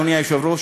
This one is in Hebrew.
אדוני היושב-ראש,